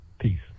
Peace